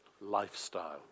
lifestyle